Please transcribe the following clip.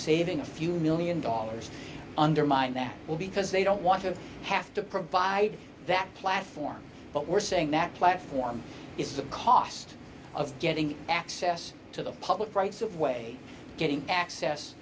saving a few one million dollars undermine that will because they don't want to have to provide that platform but we're saying that platform is the cost of getting access to the public rights of way getting access